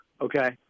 Okay